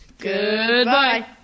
Goodbye